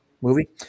Movie